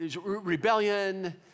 Rebellion